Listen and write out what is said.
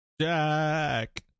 Jack